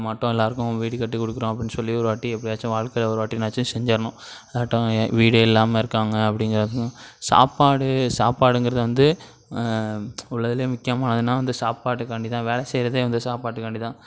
மட்டும் எல்லாருக்கும் வீடு கட்டி கொடுக்கறோம் அப்படின்னு சொல்லி ஒரு வாட்டி எப்படியாச்சும் வாழ்க்கையில ஒரு வாட்டினாச்சும் செஞ்சிரணும் அதாட்டம் வீடே இல்லாமல் இருக்காங்க அப்படிங்கிறதும் சாப்பாடு சாப்பாடுங்கிறதை வந்து உள்ளதுல முக்கியமானதுனா வந்து சாப்பாடுக்காண்டி தான் வேலை செய்யறதே வந்து சாப்பாட்டுக்காண்டி தான்